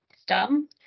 STEM